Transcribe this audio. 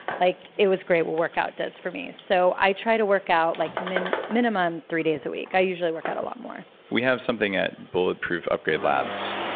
like it was great, what workout does for me. so i try to work out like minimum minimum three days a week. i usually work out a lot more we have something at bulletproof upgrade labs,